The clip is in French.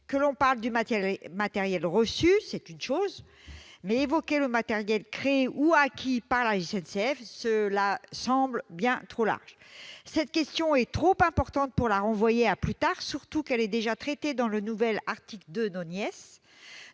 Que l'on parle du matériel reçu, c'est une chose, mais évoquer le matériel créé ou acquis par la SNCF semble bien trop large. Cette question est trop importante pour être renvoyée à plus tard, d'autant qu'elle est déjà traitée dans le nouvel article 2 . Nous ne